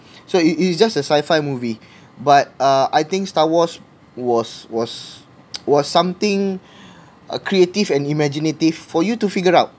so it is just a sci fi movie but uh I think star wars was was was something uh creative and imaginative for you to figure out